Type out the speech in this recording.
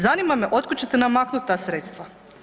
Zanima me od kuda ćete namaknuti ta sredstva.